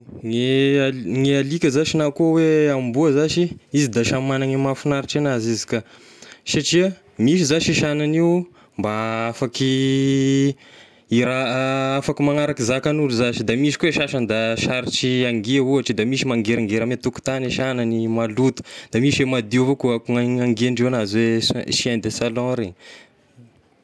Ny al- ny alika zashy na koa hoe gn'amboa zashy, izy da samy magnany mahafinaritry anazy izy ka, satria misy zashy e sanagny io mba afaky e afaky magnaraky zakagn'olo zashy, da misy koa e sasagny da sarotry hangia ohatry, da misy mangeringery amin'ny a tokontagny ny sanagny maloto, da misy a madio avao koa akoa ny hangiandreo anazy hoe choi- chien de salon regny.